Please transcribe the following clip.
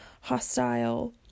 hostile